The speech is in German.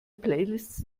playlists